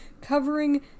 covering